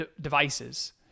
devices